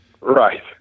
Right